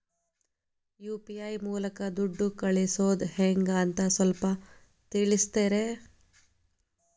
UPI ಮೂಲಕ ದುಡ್ಡು ಕಳಿಸೋದ ಹೆಂಗ್ ಅಂತ ಸ್ವಲ್ಪ ತಿಳಿಸ್ತೇರ?